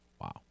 Wow